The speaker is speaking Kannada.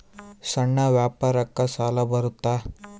ಸಣ್ಣ ವ್ಯಾಪಾರಕ್ಕ ಸಾಲ ಬರುತ್ತಾ?